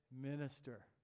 minister